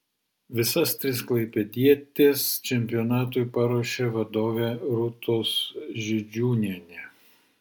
visas tris klaipėdietės čempionatui paruošė vadovė rūtos židžiūnienė